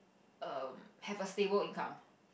um have a stable income